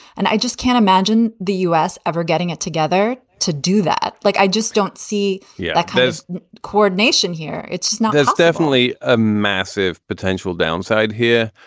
and i just can't imagine the u s. ever getting it together to do that. like, i just don't see yeah that there's coordination here it's not it's definitely a massive potential downside here.